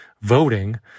voting